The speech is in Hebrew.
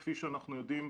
כפי שאנחנו יודעים,